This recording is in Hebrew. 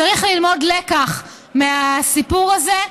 צריך ללמוד לקח מהסיפור הזה,